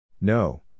No